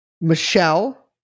Michelle